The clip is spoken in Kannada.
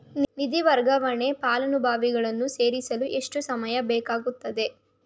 ನಿಧಿ ವರ್ಗಾವಣೆಗೆ ಫಲಾನುಭವಿಗಳನ್ನು ಸೇರಿಸಲು ಎಷ್ಟು ಸಮಯ ಬೇಕಾಗುತ್ತದೆ?